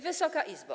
Wysoka Izbo!